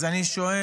אז אני שואל: